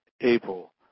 April